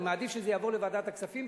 אני מעדיף שזה יעבור לוועדת הכספים,